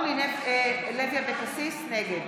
נגד